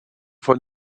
von